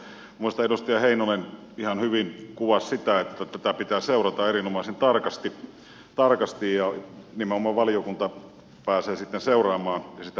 minusta edustaja heinonen ihan hyvin kuvasi sitä että tätä pitää seurata erinomaisen tarkasti ja nimenomaan valiokunta pääsee sitten seuraamaan ja sitä raportoidaan